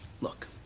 Look